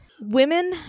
Women